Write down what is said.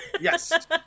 Yes